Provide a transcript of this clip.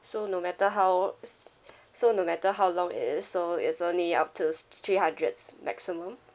so no matter how s~ so no matter how long it is so is only up to three hundreds maximum